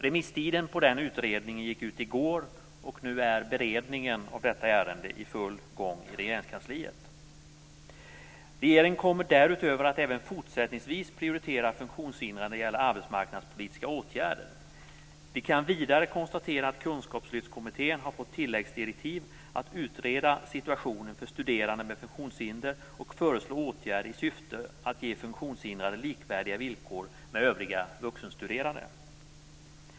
Remisstiden för den utredningen gick ut i går, och nu är beredningen av detta ärende i full gång i Regeringskansliet. Regeringen kommer därutöver att även fortsättningsvis prioritera funktionshindrade när det gäller arbetsmarknadspolitiska åtgärder. Vi kan vidare konstatera att Kunskapslyftskommittén har fått tilläggsdirektiv att utreda situationen för studerande med funktionshinder och föreslå åtgärder i syfte att ge funktionshindrade likvärdiga villkor med övriga vuxenstuderande.